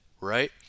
right